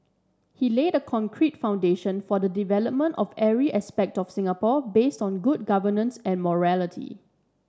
he laid a concrete foundation for the development of every aspect of Singapore base on good governance and morality